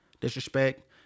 disrespect